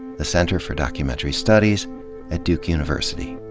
the center for documentary studies at duke university